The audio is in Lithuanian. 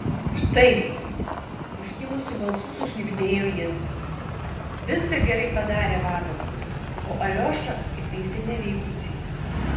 štai užkimusiu balsu sušnibždėjo jis viską gerai padarė vadas o aliošą įtaisė nevykusiai